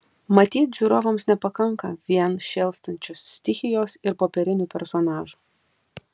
matyt žiūrovams nepakanka vien šėlstančios stichijos ir popierinių personažų